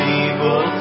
evil